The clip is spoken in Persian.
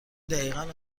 دقیقا